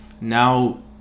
now